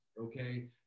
okay